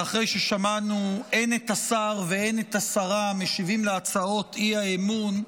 ואחרי ששמענו הן את השר והן את השרה משיבים על הצעות האי-אמון,